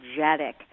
energetic